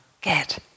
get